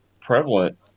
prevalent